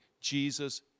Jesus